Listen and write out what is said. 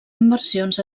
inversions